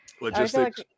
logistics